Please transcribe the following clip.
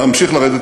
להמשיך לרדת.